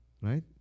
right